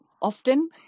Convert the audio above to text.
often